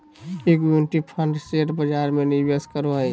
equity fund share बजार में निवेश करो हइ